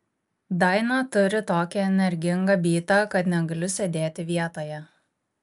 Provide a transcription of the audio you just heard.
daina turi tokį energingą bytą kad negaliu sėdėti vietoje